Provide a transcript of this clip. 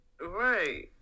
Right